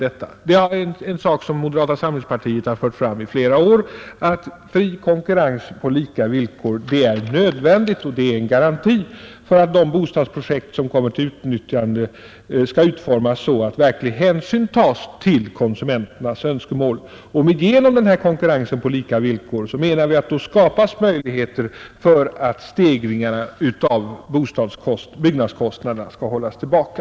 En sak som moderata samlingspartiet fört fram i flera år är att fri konkurrens på lika villkor är nödvändig och en garanti för att de bostadsprojekt som kommer till utförande utformas så att verklig hänsyn tas till konsumenternas önskemål. Genom konkurrens på lika villkor skapas, anser vi, möjligheter för att stegringen av byggnadskostnaderna skall hållas tillbaka.